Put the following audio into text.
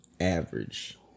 average